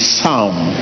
sound